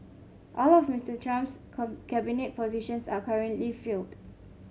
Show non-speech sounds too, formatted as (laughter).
all of Mister Trump's (unintelligible) cabinet positions are currently filled